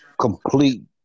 complete